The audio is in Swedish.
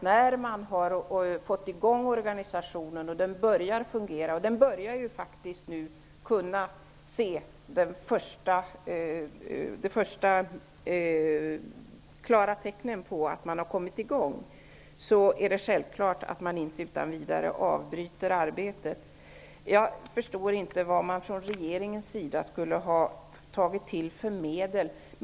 När man har fått i gång organisationen och den har börjat att fungera -- man börjar nu se det första klara tecknet på att den har kommit i gång -- är det självklart att man inte utan vidare avbryter arbetet. Jag förstår inte vilket medel regeringen skulle ha tagit till beträffande fastighetsvärdena.